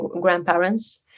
grandparents